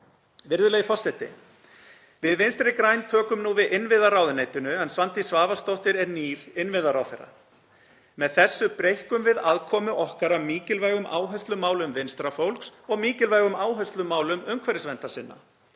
Virðulegi forseti. Við Vinstri græn tökum nú við innviðaráðuneytinu en Svandís Svavarsdóttir er nýr innviðaráðherra. Með þessu breikkum við aðkomu okkar að mikilvægum áherslumálum vinstra fólks og mikilvægum áherslumálum umhverfisverndarsinna.